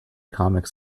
comic